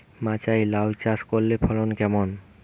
মাচায় লাউ চাষ করলে ফলন কেমন?